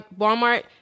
Walmart